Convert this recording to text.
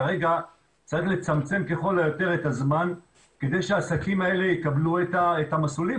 כרגע צריך לצמצם ככל היותר את הזמן כדי שהעסקים האלה יקבלו את המסלולים.